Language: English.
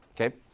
okay